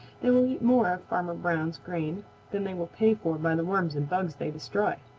they will eat more of farmer brown's grain than they will pay for by the worms and bugs they destroy.